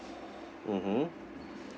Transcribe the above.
mmhmm